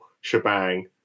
shebang